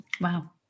Wow